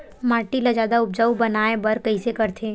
माटी ला जादा उपजाऊ बनाय बर कइसे करथे?